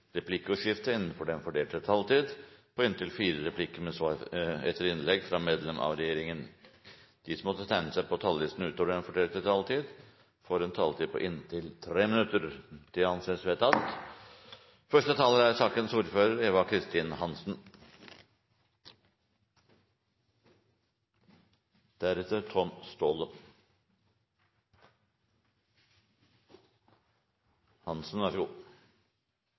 replikkordskifte på inntil fire replikker med svar etter innlegg fra medlem av regjeringen innenfor den fordelte taletid. Videre blir det foreslått at de som måtte tegne seg på talerlisten utover den fordelte taletid, får en taletid på inntil 3 minutter. – Det anses vedtatt. Å gi barn og ungdom utdanning er